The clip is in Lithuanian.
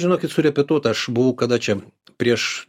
žinokit surepetuota aš buvau kada čia prieš